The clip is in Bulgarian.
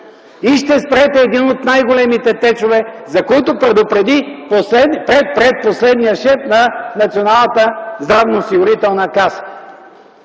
ще спрете един от най-големите течове, за които предупредих пред-предпоследния шеф на